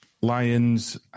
Lions